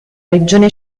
regione